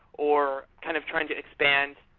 or kind of trying to expand,